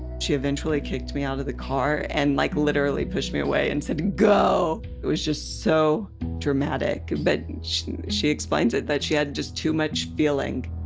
she eventually kicked me out of the car and like literally pushed me away and said go! it was just so dramatic. but she she explained it that she had just too much feeling